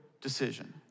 decision